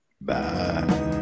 bye